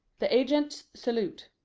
the agents salute.